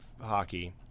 hockey